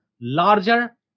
larger